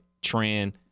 trend